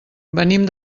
venim